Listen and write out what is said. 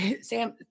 sam